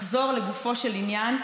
לחזור לגופו של עניין,